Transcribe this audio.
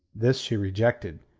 this she rejected,